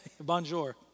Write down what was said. bonjour